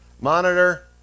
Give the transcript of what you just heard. Monitor